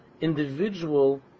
individual